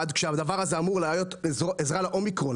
כשהדבר הזה אמור להיות עזרה לאומיקרון.